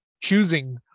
choosing